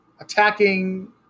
Attacking